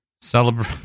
celebrate